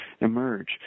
emerge